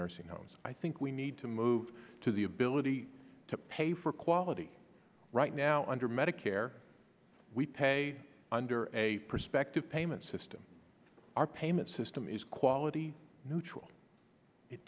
nursing homes i think we need to move to the ability to pay for quality right now under medicare we pay under a perspective payment system our payment system is quality neutral it